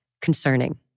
concerning